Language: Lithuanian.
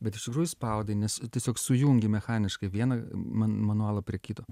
bet iš tikrųjų spaudi nes tiesiog sujungi mechaniškai vieną man manualą prie kito